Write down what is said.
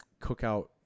cookout